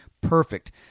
perfect